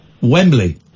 Wembley